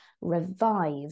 revive